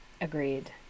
Agreed